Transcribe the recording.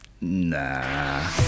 nah